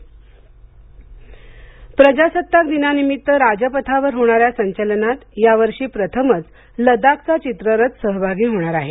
लदाख प्रजासत्ताक दिन प्रजासत्ताक दिनानिमित्त राजपथावर होणाऱ्या संचालनात या वर्षी प्रथमच लद्दाखचा चित्ररथ सहभागी होणार आहे